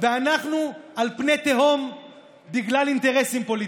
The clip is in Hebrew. ואנחנו על פני תהום בגלל אינטרסים פוליטיים.